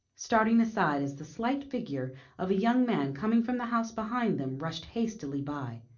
starting aside as the slight figure of a young man coming from the house behind them rushed hastily by.